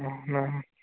అవునా